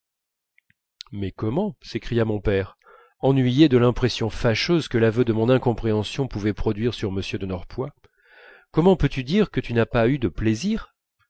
mais comment s'écria mon père ennuyé de l'impression fâcheuse que l'aveu de mon incompréhension pouvait produire sur m de norpois comment peux-tu dire que tu n'as pas eu de plaisir